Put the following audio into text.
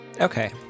Okay